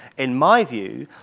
in my view,